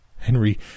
Henry